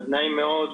נעים מאוד,